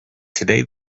today